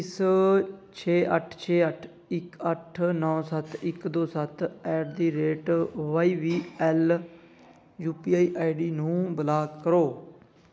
ਇਸ ਛੇ ਅੱਠ ਛੇ ਅੱਠ ਇੱਕ ਅੱਠ ਨੌਂ ਸੱਤ ਇੱਕ ਦੋ ਸੱਤ at the rate Y V L U P I I D ਨੂੰ ਬਲਾਕ ਕਰੋ